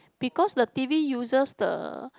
because the T_V uses the